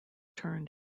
turned